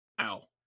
Ow